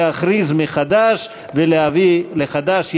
להכריז מחדש ולהביא מחדש,